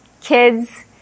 kids